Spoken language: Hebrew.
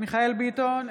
מיכאל מרדכי ביטון,